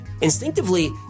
Instinctively